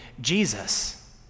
Jesus